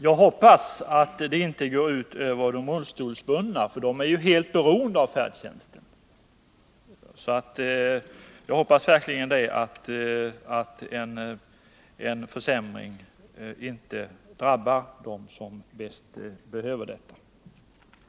Jag hoppas att översynen inte går ut över de rullstolsbundna, för de är ju helt beroende av färdtjänsten. En försämring får alltså inte drabba dem som bäst behöver den här servicen.